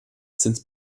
sind